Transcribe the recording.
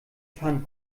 fahren